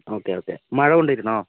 okay okay മഴ കൊണ്ടിരുന്നോ